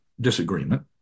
disagreement